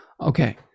Okay